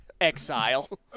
exile